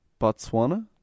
Botswana